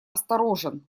осторожен